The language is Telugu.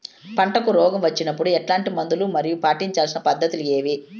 పంటకు రోగం వచ్చినప్పుడు ఎట్లాంటి మందులు మరియు పాటించాల్సిన పద్ధతులు ఏవి?